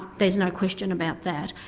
there's no question about that,